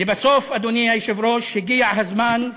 לבסוף, אדוני היושב-ראש, הגיע הזמן,